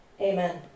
Amen